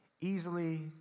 Easily